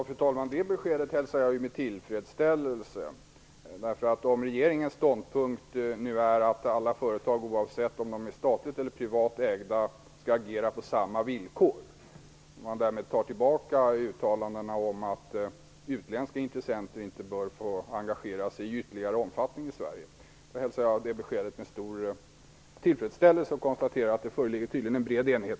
Fru talman! Det beskedet hälsar jag med tillfredsställelse. Om regeringens ståndpunkt nu är att alla företag, oavsett om de är statligt eller privat ägda, skall agera på samma villkor, och man därmed tar tillbaka uttalandena om att utländska intressenter inte bör få engagera sig i ytterligare omfattning i Sverige, hälsar jag det beskedet med stor tillfredsställelse och konstaterar att det tydligen föreligger en bred enighet.